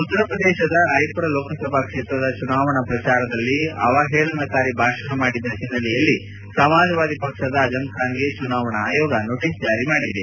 ಉತ್ತರ ಪ್ರದೇಶದ ರಾಯಪುರ ಲೋಕಸಭಾ ಕ್ಷೇತ್ರದ ಚುನಾವಣೆ ಪ್ರಚಾರದಲ್ಲಿ ಅವಹೇಳನಕಾರಿ ಭಾಷಣ ಮಾಡಿದ ಹಿನ್ನೆಲೆಯಲ್ಲಿ ಸಮಾಜವಾದಿ ಪಕ್ಷದ ಆಜಂ ಖಾನ್ಗೆ ಚುನಾವಣಾ ಆಯೋಗ ನೋಟಸ್ ಜಾರಿ ಮಾಡಿದೆ